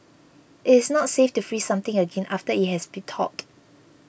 it is not safe to freeze something again after it has be thawed